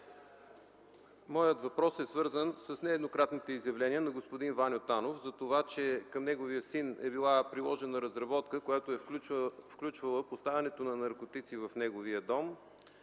Моят въпрос е свързан с нееднократните изявления на господин Ваньо Танов за това, че към неговия син е била приложена разработка, която е включвала поставянето на наркотици в дома